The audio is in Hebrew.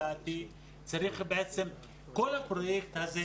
בעצם כל הפרויקט הזה,